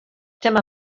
dyma